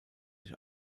sich